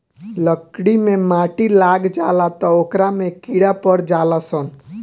लकड़ी मे माटी लाग जाला त ओकरा में कीड़ा पड़ जाल सन